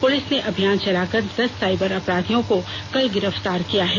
police ने अभियान चलाकर दस साइबर अपराधियो को कल गिरफ्तार किया है